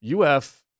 UF